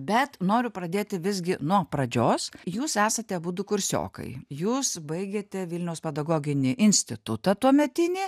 bet noriu pradėti visgi nuo pradžios jūs esat abudu kursiokai jūs baigėte vilniaus pedagoginį institutą tuometinį